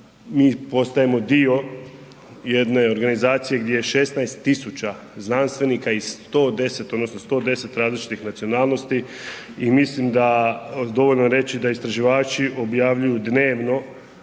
mi postajemo dio jedne organizacije gdje 16000 znanstvenika i 110 odnosno 110 različitih nacionalnosti i mislim da, dovoljno je reći da istraživači objavljuju dnevno,